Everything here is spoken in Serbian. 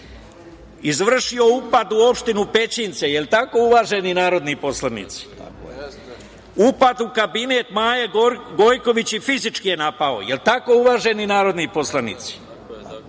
Izvršio upad u opštinu Pećince, jel tako uvaženi narodni poslanici? Upad u kabinet Maje Gojković, jel tako uvaženi narodni poslanici?